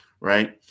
right